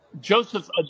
Joseph